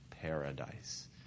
paradise